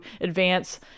advance